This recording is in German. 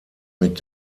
mit